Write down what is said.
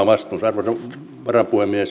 arvoisa varapuhemies